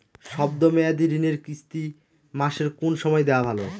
শব্দ মেয়াদি ঋণের কিস্তি মাসের কোন সময় দেওয়া ভালো?